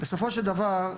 בסופו של דבר,